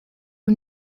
who